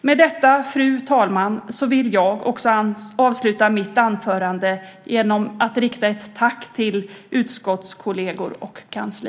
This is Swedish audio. Med detta, fru talman, vill jag också avsluta mitt anförande med att rikta ett tack till utskottskolleger och kansli.